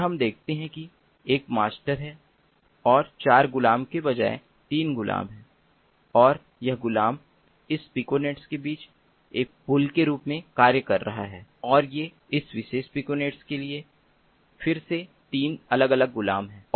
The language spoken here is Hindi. और हम देखते हैं कि एक मास्टर है और 4 गुलाम के बजाय 3 गुलाम हैं और यह गुलाम इन 2 पिकोनेट के बीच एक पुल के रूप में कार्य कर रहा है और ये इस विशेष पिकोनेट के लिए फिर से 3 अलग अलग गुलाम हैं